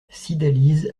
cydalise